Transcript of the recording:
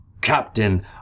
Captain